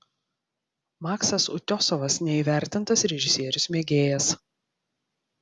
maksas utiosovas neįvertintas režisierius mėgėjas